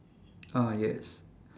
ah yes